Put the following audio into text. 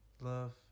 Love